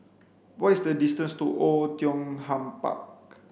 what is the distance to Oei Tiong Ham Park